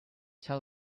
tell